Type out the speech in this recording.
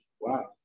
wow